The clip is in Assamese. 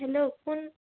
হেল্ল' কোন